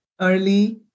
early